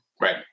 right